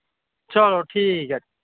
चलो ठीक ऐ